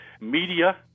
media